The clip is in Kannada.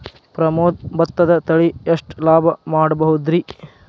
ಪ್ರಮೋದ ಭತ್ತದ ತಳಿ ಎಷ್ಟ ಲಾಭಾ ಮಾಡಬಹುದ್ರಿ?